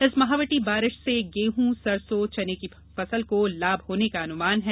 इस महावटी बारिश से गेहूं सरसों चने की फसल को लाभ होने का अनुमान है